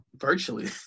virtually